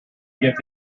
gives